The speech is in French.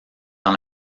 dans